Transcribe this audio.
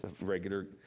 regular